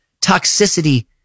toxicity